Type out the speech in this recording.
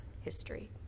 history